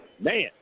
Man